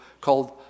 called